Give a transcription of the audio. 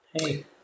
Hey